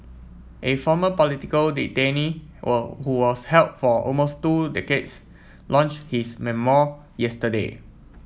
a former political detainee were who was held for almost two decades launch his memoir yesterday